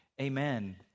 amen